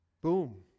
Boom